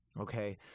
Okay